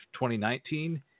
2019